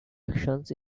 actions